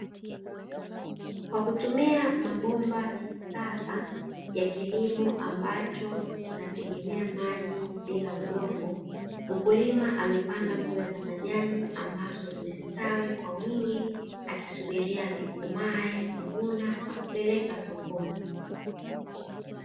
Kwa kutumia mabomba ya kisasa ya kilimo ambacho kinategemea maji bila udongo, mkulima amepanda mboga za majani ambazo zimestawi kwa wingi akisubiria zikomae, kuvuna na kupeleka sokoni.